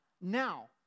now